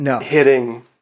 hitting